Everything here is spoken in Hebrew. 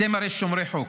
אתם הרי שומרי חוק,